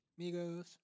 Migos